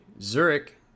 Zurich